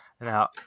Now